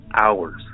hours